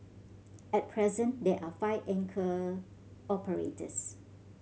at present there are five anchor operators